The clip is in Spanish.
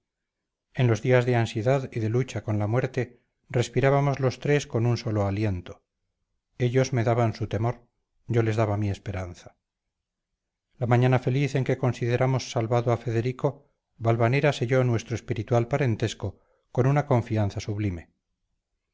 en los días de ansiedad y de lucha con la muerte respirábamos los tres con un solo aliento ellos me daban su temor yo les daba mi esperanza la mañana feliz en que consideramos salvado a federico valvanera selló nuestro espiritual parentesco con una confianza sublime